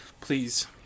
Please